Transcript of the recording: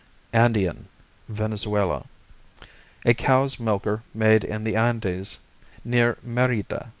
andean venezuela a cow's-milker made in the andes near merida.